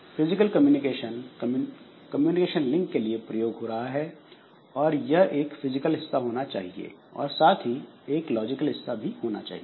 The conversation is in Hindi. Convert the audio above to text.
फिजिकल कम्युनिकेशन कम्युनिकेशन लिंक के लिए प्रयोग हो रहा है और एक फिजिकल हिस्सा होना चाहिए और साथ ही एक लॉजिकल हिस्सा logical part भी होना चाहिए